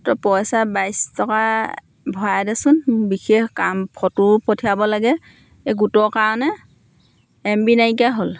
পইচা বাইছ টকা ভৰাই দেচোন বিশেষ কাম ফটো পঠিয়াব লাগে এই গোটৰ কাৰণে এম বি নাইকিয়া হ'ল